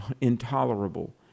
intolerable